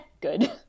good